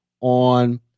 on